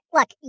Look